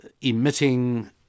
emitting